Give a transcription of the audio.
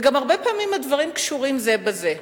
וגם הרבה פעמים הדברים קשורים זה בזה.